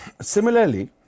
Similarly